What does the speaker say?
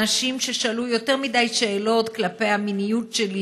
אנשים ששאלו יותר מדי שאלות על המיניות שלי